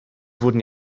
wurden